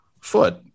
foot